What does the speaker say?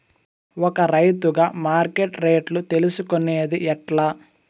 ఒక రైతుగా మార్కెట్ రేట్లు తెలుసుకొనేది ఎట్లా?